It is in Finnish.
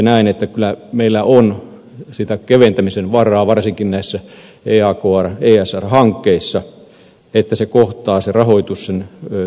näen että kyllä meillä on sitä keventämisen varaa varsinkin näissä eakr esr hankkeissa että se rahoitus kohtaa sen asiakkaan paremmin